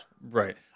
Right